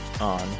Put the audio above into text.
on